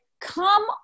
come